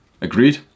Agreed